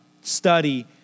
study